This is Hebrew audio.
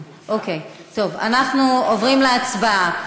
כן, אוקיי, אנחנו עוברים להצבעה.